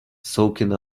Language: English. soaking